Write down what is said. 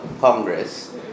Congress